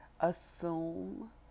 assume